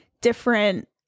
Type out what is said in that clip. different